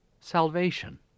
Salvation